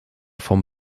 vom